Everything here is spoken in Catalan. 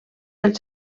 del